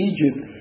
Egypt